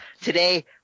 Today